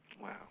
Wow